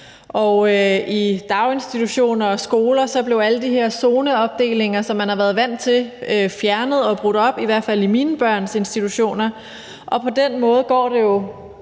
Og i daginstitutioner og skoler blev alle de her zoneopdelinger, som man har været vant til, fjernet og brudt op, i hvert fald i mine børns institutioner. Og på den måde går det jo